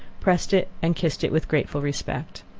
pressed it, and kissed it with grateful respect.